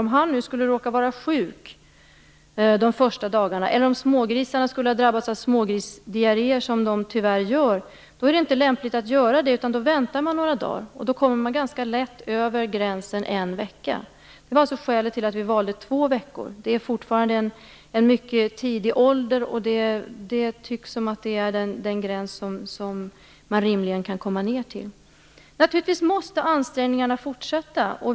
Om han skulle råka vara sjuk de första dagarna eller om smågrisarna skulle ha drabbats av smågrisdiarré, som de tyvärr gör, är det inte lämpligt att göra ingreppet, utan då väntar man några dagar. Då kommer man ganska lätt över gränsen en vecka. Det var alltså skälet till att vi valde två veckor. Det är fortfarande en mycket tidig ålder. Det tycks vara den gräns man rimligen kan komma ned till. Naturligtvis måste ansträngningarna fortsätta.